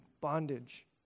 bondage